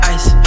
Ice